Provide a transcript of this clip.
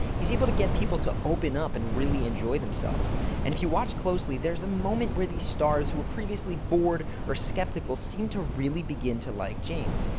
he's able to get people to open up and really enjoy themselves and if you watch closely, there's a moment where the stars were previously bored or sceptical seemed to really begin to like james.